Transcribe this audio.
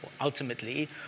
ultimately